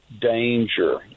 danger